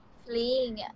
fleeing